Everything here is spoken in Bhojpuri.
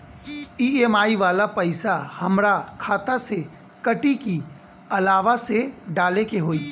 ई.एम.आई वाला पैसा हाम्रा खाता से कटी की अलावा से डाले के होई?